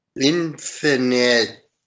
infinite